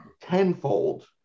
tenfold